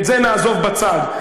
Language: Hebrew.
את זה נעזוב בצד.